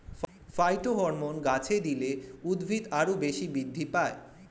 phytohormone গাছপালায় দিলে উদ্ভিদ আরও বেশি বৃদ্ধি পায়